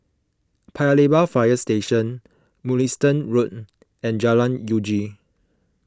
Paya Lebar Fire Station Mugliston Road and Jalan Uji